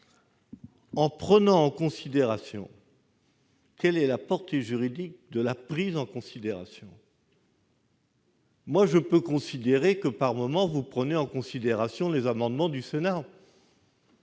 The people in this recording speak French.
en prenant en considération ...» Quelle est la portée juridique de la « prise en considération »? Je peux, quant à moi, considérer que, par moments, vous prenez en considération les amendements du Sénat.